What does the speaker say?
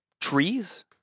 trees